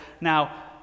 now